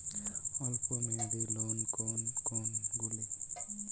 অল্প মেয়াদি লোন কোন কোনগুলি?